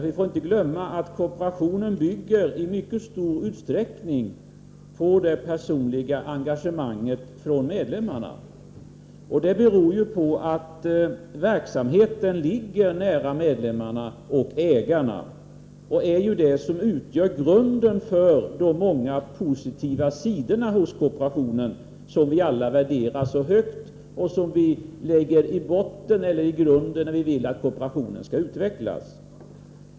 Vi får inte glömma att kooperationen i mycket stor utsträckning bygger på det personliga engagemanget från medlemmarnas sida. Det beror på att verksamheten finns nära medlemmarna och ägarna och att den utgör grunden för de många positiva sidorna hos kooperationen som vi alla värderar så högt och som utgör en basis när vi vill att kooperationen skall utvecklas.